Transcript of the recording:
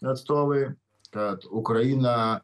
atstovai kad ukraina